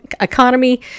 economy